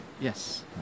Yes